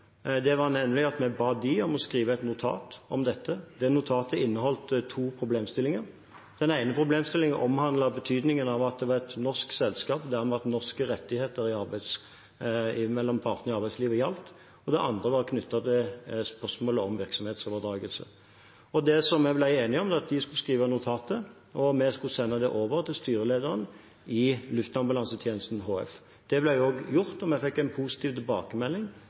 Det endte opp med at vi ba dem å skrive et notat om dette. Det notatet inneholdt to problemstillinger. Den ene problemstillingen omhandlet betydningen av at det var et norsk selskap, der norske rettigheter mellom partene i arbeidslivet gjaldt. Det andre var knyttet til spørsmålet om virksomhetsoverdragelse. Det vi ble enige om, var at de skulle skrive notatet, og vi skulle sende det over til styrelederen i Luftambulansetjenesten HF. Det ble gjort, og vi fikk en positiv tilbakemelding